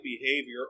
behavior